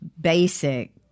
basic